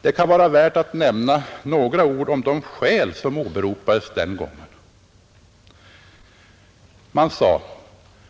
Det kan vara värt att nämna några ord om de skäl som åberopades den gången: 1.